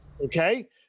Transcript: Okay